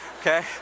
Okay